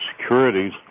securities